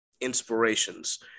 inspirations